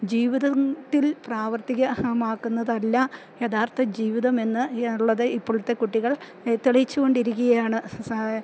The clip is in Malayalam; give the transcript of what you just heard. ജീവിതത്തിൽ പ്രാവർത്തിക മാക്കുന്നതല്ല യഥാർത്ഥ ജീവിതം എന്ന് ഉള്ളത് ഇപ്പോളത്തെ കുട്ടികൾ തെളിയിച്ചു കൊണ്ടിരിക്കുകയാണ് സ